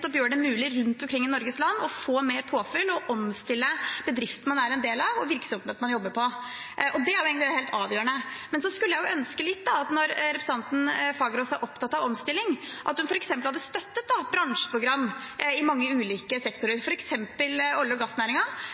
det mulig rundt omkring i Norges land å få mer påfyll og omstille bedriften man er en del av, og virksomheten man jobber i. Det er egentlig det helt avgjørende. Så skulle jeg ønske, når representanten Fagerås er opptatt av omstilling, at hun f.eks. hadde støttet bransjeprogram i mange ulike sektorer, f.eks. olje- og